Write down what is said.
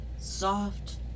Soft